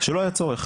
כשלא היה צורך.